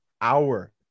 hour